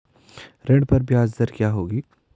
ऋण पर ब्याज दर क्या होगी?